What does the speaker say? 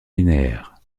linéaire